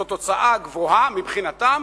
זאת הוצאה גבוהה מבחינתם,